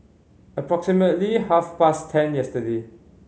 approximately half past ten yesterday